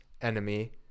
enemy